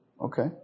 Okay